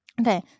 Okay